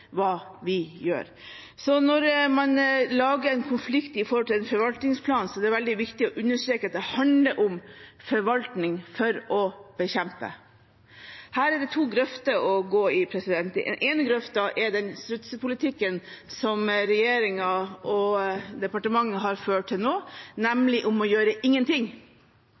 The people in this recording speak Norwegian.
hva vi gjør. Når man lager en konflikt om en forvaltningsplan, er det veldig viktig å understreke at det handler om forvaltning for å bekjempe. Her er det to grøfter å gå i. Den ene grøfta er den strutsepolitikken som regjeringen og departementet har ført til nå, nemlig å gjøre ingenting.